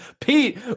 Pete